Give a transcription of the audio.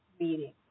meeting